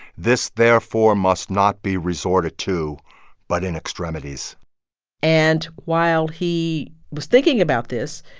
this, therefore, must not be resorted to but in extremities and while he was thinking about this,